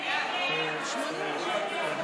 (117) של קבוצת סיעת מרצ,